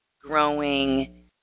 growing